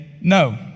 no